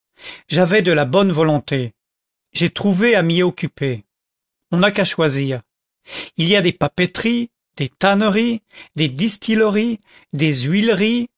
j'avais de la bonne volonté j'ai trouvé à m'y occuper on n'a qu'à choisir il y a des papeteries des tanneries des distilleries des huileries